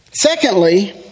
Secondly